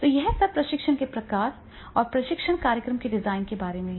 तो यह सब प्रशिक्षण के प्रकार और प्रशिक्षण कार्यक्रम के डिजाइन के बारे में है